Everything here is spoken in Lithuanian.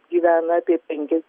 gyvena apie penkias